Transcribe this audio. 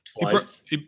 twice